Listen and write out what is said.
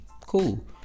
cool